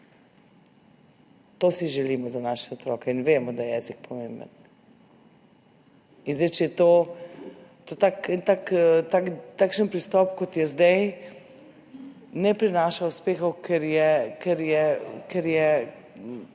to si želimo za svoje otroke in vemo, da je jezik pomemben. Če je takšen pristop, kot je zdaj, ne prinaša uspehov, ker je,